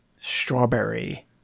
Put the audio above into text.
strawberry